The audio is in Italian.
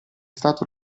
stato